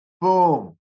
boom